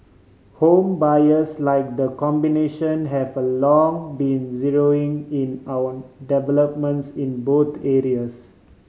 home buyers like the combination have a long been zeroing in our developments in both areas